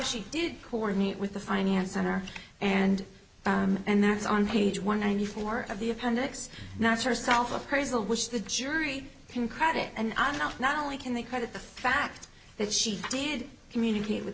she did coordinate with the finance center and and that's on page one ninety four of the appendix not herself appraisal which the jury can credit and i know not only can they credit the fact that she did communicate with